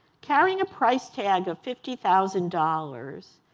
carrying a price tag of fifty thousand dollars,